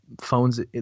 phones